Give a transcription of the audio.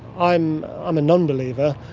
i'm i'm a nonbeliever,